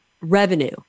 revenue